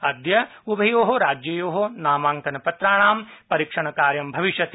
अद्य उभयोः राज्ययो नामांकन पत्राणां परीक्षण कार्यं भविष्यति